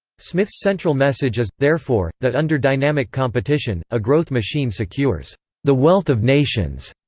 smith's central message is, therefore, that under dynamic competition, a growth machine secures the wealth of nations.